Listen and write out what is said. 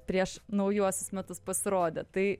prieš naujuosius metus pasirodė tai